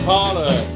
Parlor